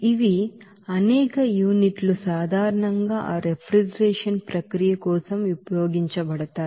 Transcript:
ఇవి అనేక యూనిట్లు సాధారణంగా ఆ రిఫ్రిజిరేషన్ ప్రక్రియ కోసం ఉపయోగించబడతాయి